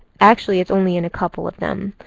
actually it's only in a couple of them.